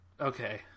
Okay